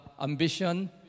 ambition